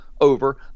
over